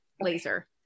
laser